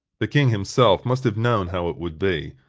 the king himself must have known how it would be,